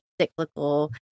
cyclical